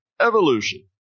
evolution